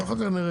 ואחר כך נראה.